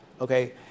Okay